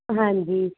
ਹਾਂਜੀ